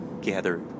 gather